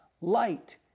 light